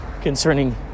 concerning